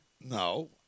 No